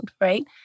right